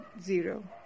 zero